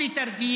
אתם זוכרים,